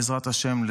בעזרת השם,